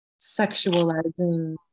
sexualizing